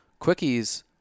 quickies